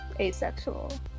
asexual